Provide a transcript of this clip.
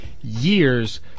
years